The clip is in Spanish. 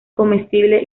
comestible